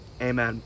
Amen